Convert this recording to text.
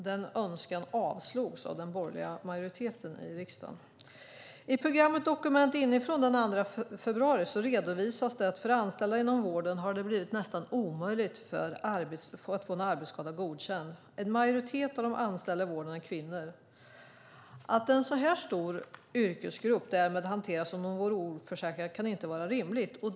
Den önskan avslogs av den borgerliga majoriteten i riksdagen. I programmet Dokument inifrån, den 2 februari, redovisades det att det för anställda inom vården har blivit nästan omöjligt att få en arbetsskada godkänd. En majoritet av de anställda i vården är kvinnor. Att en så här stor yrkesgrupp därmed hanteras som om den vore oförsäkrad kan inte vara rimligt.